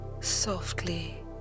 softly